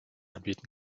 anbieten